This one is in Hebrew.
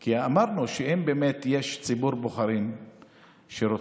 כי אמרנו שאם באמת יש ציבור בוחרים שרוצה